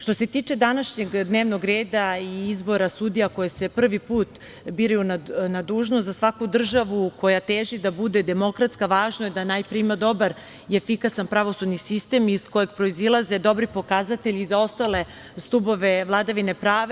Što se tiče današnjeg dnevnog reda i izbora sudija koje se prvi put biraju na dužnost, za svaku državu koja teži da bude demokratska važno je da najpre ima dobar i efikasan pravosudni sistem iz kojeg proizilaze dobri pokazatelji za ostale stubove vladavine prava.